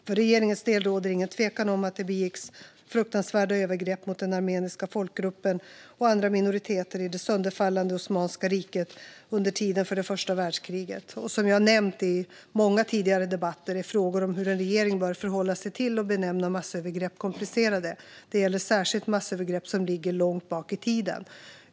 För regeringens del råder ingen tvekan om att det begicks fruktansvärda övergrepp mot den armeniska folkgruppen och andra minoriteter i det sönderfallande Osmanska riket under tiden för det första världskriget. Som jag nämnt i många tidigare debatter är frågor om hur en regering bör förhålla sig till och benämna massövergrepp komplicerade. Det gäller särskilt massövergrepp som ligger långt bak i tiden.